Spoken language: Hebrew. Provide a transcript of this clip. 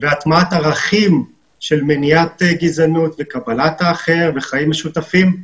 והטמעת ערכים של מניעת גזענות וקבלת האחר וחיים משותפים.